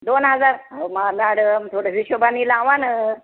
दोन हजार म मॅडम थोडं हिशेबानी लावा ना